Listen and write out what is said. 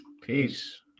Peace